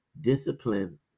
discipline